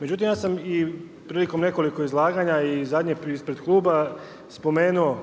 Međutim ja sam i prilikom nekoliko izlaganja i zadnje ispred kluba spomenuo